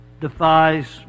defies